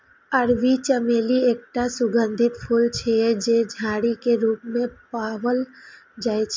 अरबी चमेली एकटा सुगंधित फूल छियै, जे झाड़ी के रूप मे पाओल जाइ छै